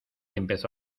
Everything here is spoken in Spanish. empezó